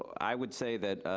i would say that,